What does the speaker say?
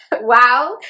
Wow